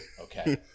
okay